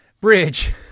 Bridge